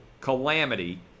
calamity